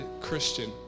Christian